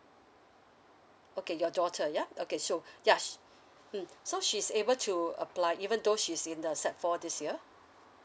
okay your daughter ya okay sure yes mm so she's able to apply even though she's in the sec four this year